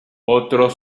otros